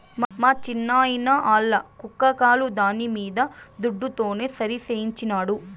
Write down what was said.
మా చిన్నాయిన ఆల్ల కుక్క కాలు దాని బీమా దుడ్డుతోనే సరిసేయించినాడు